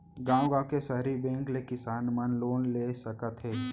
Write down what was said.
गॉंव गॉंव के सहकारी बेंक ले किसान मन लोन ले सकत हे